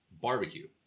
barbecue